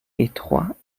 étroits